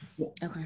okay